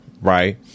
right